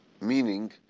meaning